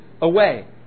away